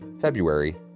February